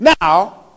Now